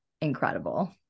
incredible